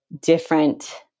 different